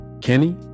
Kenny